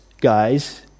guys